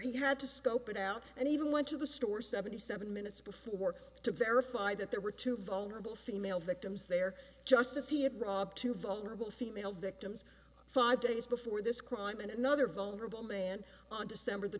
he had to scope it out and even went to the store seventy seven minutes before work to verify that there were two vulnerable female victims there just as he had robbed two vulnerable female victims five days before this crime and another vulnerable man on december the